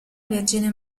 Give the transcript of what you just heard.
vergine